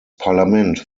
parlament